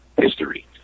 history